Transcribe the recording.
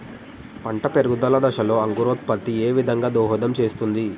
పంట పెరుగుదల దశలో అంకురోత్ఫత్తి ఏ విధంగా దోహదం చేస్తుంది?